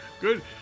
Good